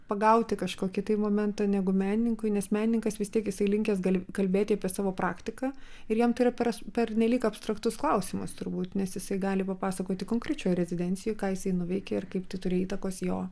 pagauti kažkį tai momentą negu menininkui nes menininkas vis tiek jisai linkęs gal kalbėti apie savo praktiką ir jam tai yra per pernelyg abstraktus klausimas turbūt nes jis gali papasakoti konkrečiau rezidencijoj ką jisai nuveikė ir kaip tai turi įtakos jo